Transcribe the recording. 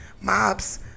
Mobs